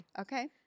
Okay